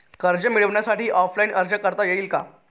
कर्ज मिळण्यासाठी ऑफलाईन अर्ज करता येईल का?